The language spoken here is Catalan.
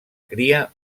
cria